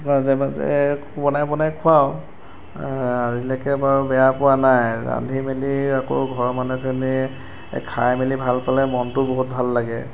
মাজে মাজে বনাই বনাই খুৱাওঁ আজিলৈকে বাৰু বেয়া পোৱা নাই ৰান্ধি মেলি আকৌ ঘৰৰ মানুহখিনিয়ে খাই মেলি ভাল পালে মনটো বহুত ভাল লাগে